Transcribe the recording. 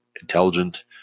intelligent